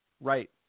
right